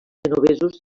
genovesos